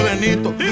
Benito